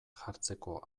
jartzeko